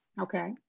Okay